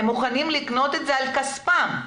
הם מוכנים לקנות את זה בכספם.